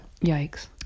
yikes